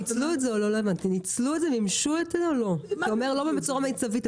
אתה אומר שלא ניצלו בצורה מיטבית,